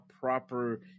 proper